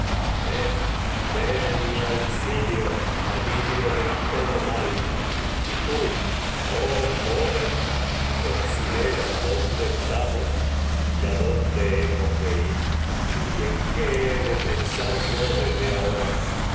ven ven en oh auxilio en alivio mal y tú joven consi y dera donde estamos adonde hemos de ir en qué he de pensar yo desde ahora